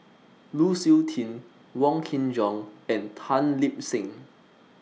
Lu Suitin Wong Kin Jong and Tan Lip Seng